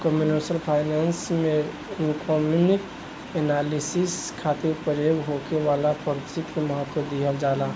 computational finance में economic analysis खातिर प्रयोग होखे वाला पद्धति के महत्व दीहल जाला